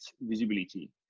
visibility